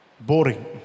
boring